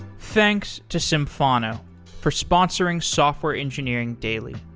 thanks to symphono for sponsoring software engineering daily.